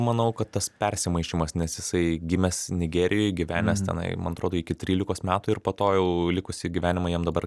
manau kad tas persimaišymas nes jisai gimęs nigerijoj gyvenęs tenai man atrodo iki trylikos metų ir po to jau likusį gyvenimą jam dabar